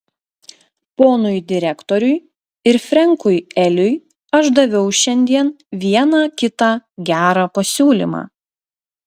ponui direktoriui ir frenkui eliui aš daviau šiandien vieną kitą gerą pasiūlymą